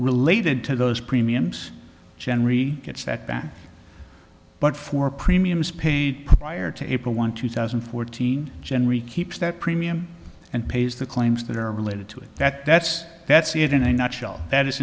related to those premiums generally gets that bad but for premiums paid prior to april want two thousand and fourteen generally keeps that premium and pays the claims that are related to it that that's that's it in a nutshell that is